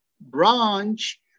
branch